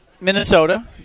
Minnesota